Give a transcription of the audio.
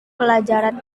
pelajaran